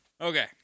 Okay